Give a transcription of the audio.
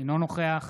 אינו נוכח